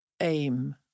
aim